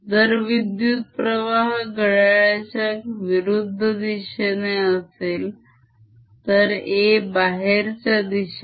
जर विद्युत्प्रवाह घड्याळाच्या विरुद्ध दिशेने असेल तर A बाहेरच्या दिशेने